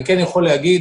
אני כן יכול להגיד